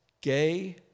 gay